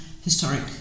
historic